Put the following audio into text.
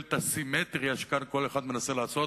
את הסימטריה שכאן כל אחד מנסה לעשות,